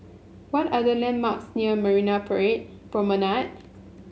what are the landmarks near Marina pray Promenade